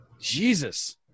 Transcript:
Jesus